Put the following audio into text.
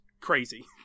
crazy